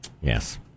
Yes